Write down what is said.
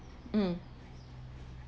mm